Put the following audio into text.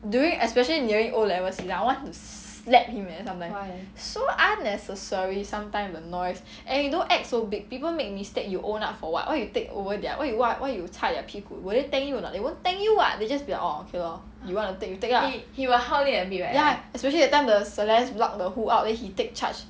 during especially nearing O levels season I want to slap him eh sometimes so unnecessary sometime the noise and you don't act so big people make mistake you own up for what why you take over their why you 擦 their 屁股 will they thank you a not they won't thank you [what] they just be like orh okay lor you wanna take you take lah ya especially that time the celeste block the who out then he take charge